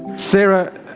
sara,